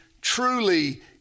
truly